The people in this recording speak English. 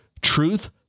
Truth